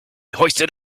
hoisted